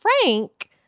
Frank